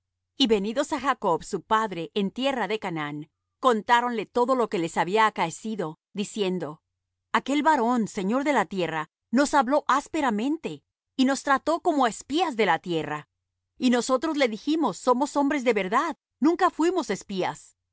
y venidos á jacob su padre en tierra de canaán contáronle todo lo que les había acaecido diciendo aquel varón señor de la tierra nos habló ásperamente y nos trató como á espías de la tierra y nosotros le dijimos somos hombres de verdad nunca fuimos espías